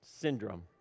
syndrome